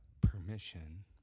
permission